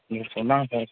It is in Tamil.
இன்னைக்கு சொன்னாங்க சார்